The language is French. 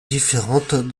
différentes